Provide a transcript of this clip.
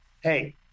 Hey